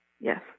Yes